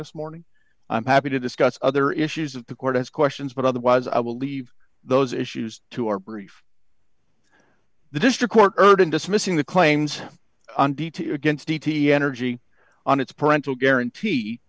this morning i'm happy to discuss other issues of the court as questions but otherwise i will leave those issues to our brief the district court heard in dismissing the claims against the t n or g on its parental guarantee